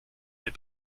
mes